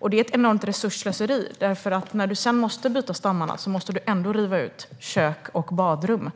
Detta är ett enormt resursslöseri, för när du sedan måste byta stammarna måste du ändå riva ut kök och badrum.